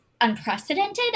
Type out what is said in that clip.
unprecedented